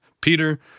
Peter